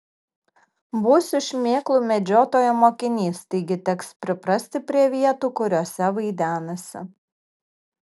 būsiu šmėklų medžiotojo mokinys taigi teks priprasti prie vietų kuriose vaidenasi